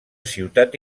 ciutat